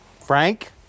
Frank